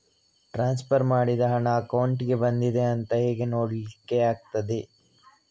Transfer ಮಾಡಿದ ಹಣ ಅಕೌಂಟಿಗೆ ಬಂದಿದೆ ಅಂತ ಹೇಗೆ ನೋಡ್ಲಿಕ್ಕೆ ಆಗ್ತದೆ?